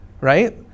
right